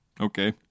Okay